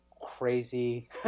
crazy